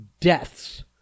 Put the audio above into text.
deaths